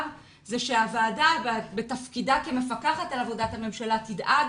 זה שהוועדה בתפקידה כמפקחת על עבודת הממשלה תדאג